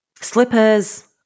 Slippers